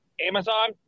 Amazon